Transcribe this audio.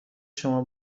شما